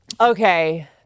Okay